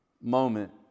moment